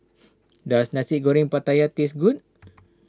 does Nasi Goreng Pattaya taste good